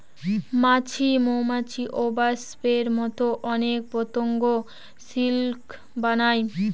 মাছি, মৌমাছি, ওবাস্পের মতো অনেক পতঙ্গ সিল্ক বানায়